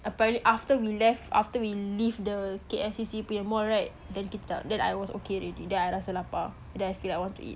apparently after we left after we leave the K_L_C_C punya mall right then kit~ then I was okay already then I rasa lapar then I feel like want to eat